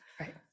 right